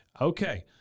okay